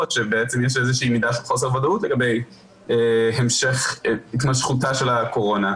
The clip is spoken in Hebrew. שיש איזושהי מידה של חוסר ודאות לגבי התמשכותה של הקורונה,